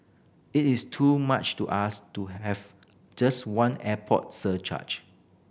it is too much to ask to have just one airport surcharge